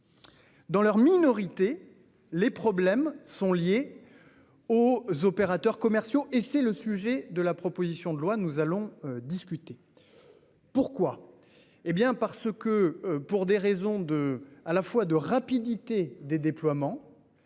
Dans leur minorité, les problèmes sont liés aux opérateurs commerciaux. C'est là le sujet de la proposition de loi que nous allons discuter. En raison